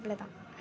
அவ்ளவுதான்